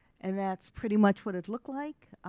and that's pretty much what it looked like.